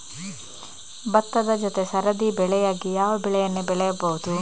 ಭತ್ತದ ಜೊತೆ ಸರದಿ ಬೆಳೆಯಾಗಿ ಯಾವ ಬೆಳೆಯನ್ನು ಬೆಳೆಯಬಹುದು?